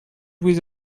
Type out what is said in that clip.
with